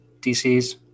DCs